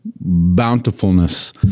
bountifulness